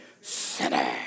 sinner